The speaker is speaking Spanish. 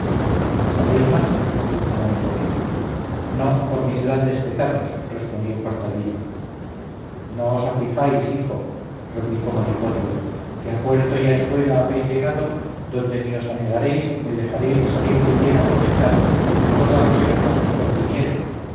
sabéis más dijo monipodio no por mis grandes pecados respondió cortadillo no os aflijáis hijo replicó monipodio que a puerto y a escuela habéis llegado donde ni os anegaréis ni dejaréis de salir muy bien aprovechado en todo aquello que más os conviniere